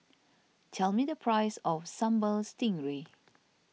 tell me the price of Sambal Stingray